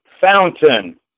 Fountain